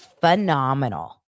phenomenal